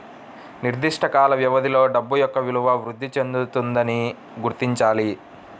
నిర్దిష్ట కాల వ్యవధిలో డబ్బు యొక్క విలువ వృద్ధి చెందుతుందని గుర్తించాలి